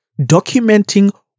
Documenting